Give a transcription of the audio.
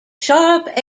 sharp